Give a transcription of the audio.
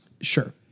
Sure